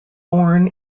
born